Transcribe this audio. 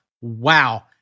Wow